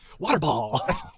Waterball